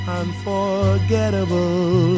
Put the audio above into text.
unforgettable